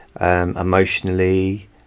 emotionally